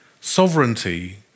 Sovereignty